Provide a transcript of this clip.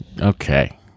Okay